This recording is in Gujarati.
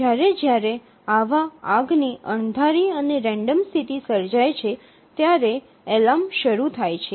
જ્યારે જ્યારે આવા આગની અણધારી અને રેન્ડમ સ્થિતિ સર્જાય છે ત્યારે એલાર્મ શરૂ થાય છે